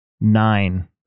nine